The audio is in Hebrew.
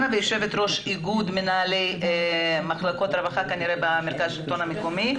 ויושבת ראש איגוד מחלקות הרווחה במרכז השלטון המקומי.